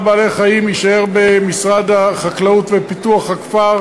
בעלי-חיים יישאר במשרד החקלאות ופיתוח הכפר.